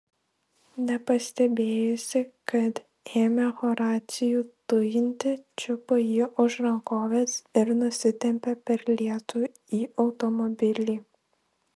nepastebėjusi kad ėmė horacijų tujinti čiupo jį už rankovės ir nusitempė per lietų į automobilį